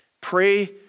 pray